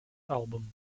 album